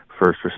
first